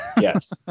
Yes